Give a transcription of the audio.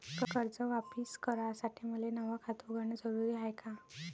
कर्ज वापिस करासाठी मले नव खात उघडन जरुरी हाय का?